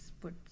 put